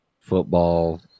football